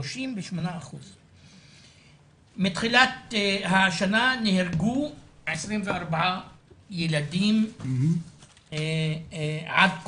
38%. מתחילת השנה נהרגו 24 ילדים עד כה.